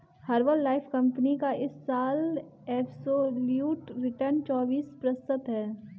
Herbalife company का इस साल एब्सोल्यूट रिटर्न चौबीस प्रतिशत है